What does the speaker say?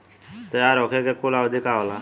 तैयार होखे के कूल अवधि का होला?